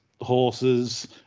horses